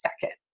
second